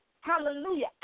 Hallelujah